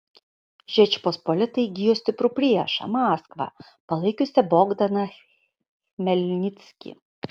žečpospolita įgijo stiprų priešą maskvą palaikiusią bogdaną chmelnickį